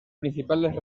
principales